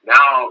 Now